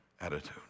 attitude